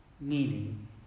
Meaning